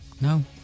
No